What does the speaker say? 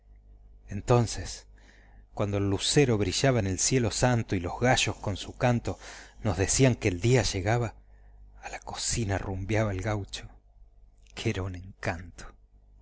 entonces cuando el lucero brillaba en el cielo santo y los gallos con su canto nos decían que el día llegaba a la cocina rumbiaba el gaucho que un encanto